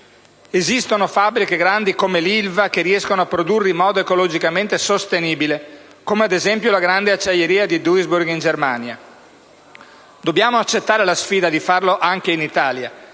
Esistono fabbriche grandi come l'Ilva che riescono a produrre in modo ecologicamente sostenibile, come ad esempio la grande acciaieria di Duisburg in Germania. Dobbiamo accettare la sfida di farlo anche in Italia.